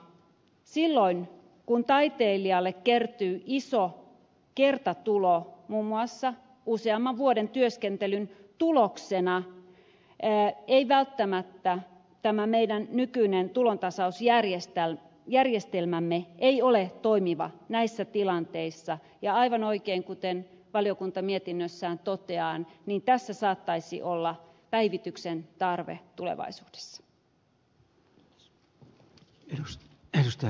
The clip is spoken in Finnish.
silloin kun taiteilijalle kertyy iso kertatulo muun muassa useamman vuoden työskentelyn tuloksena välttämättä tämä meidän nykyinen tulontasausjärjestelmämme ei ole toimiva näissä tilanteissa ja aivan oikein kuten valiokunta mietinnössään toteaa tässä saattaisi olla päivityksen tarve tulevaisuudessa